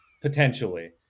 Potentially